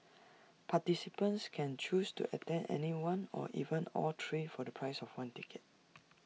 participants can choose to attend any one or even all three for the price of one ticket